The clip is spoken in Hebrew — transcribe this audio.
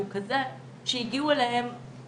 הוא כזה שהגיעו אליהם עשרה,